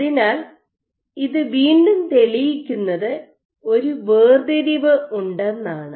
അതിനാൽ ഇത് വീണ്ടും തെളിയിക്കുന്നത് ഒരു വേർതിരിവ് ഉണ്ടെന്നാണ്